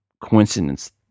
coincidence